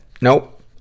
Nope